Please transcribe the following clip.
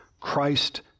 Christ